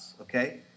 okay